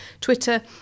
Twitter